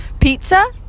pizza